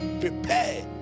Prepare